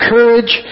Courage